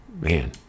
man